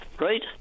Right